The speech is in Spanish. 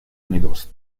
unidos